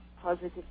positive